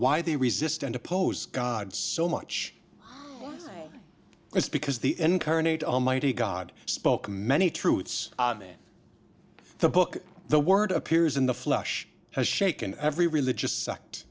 why they resist and oppose god so much it's because the incarnate almighty god spoke many truths the book the word appears in the flush has shaken every religious sect